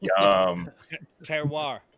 Terroir